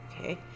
Okay